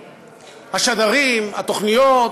השדרים, התוכניות,